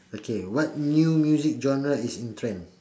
okay what new music genre is in trend